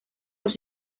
los